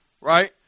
right